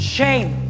Shame